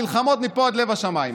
מלחמות מפה עד לב השמיים.